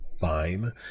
fine